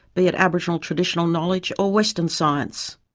be it aboriginal traditional knowledge or western science.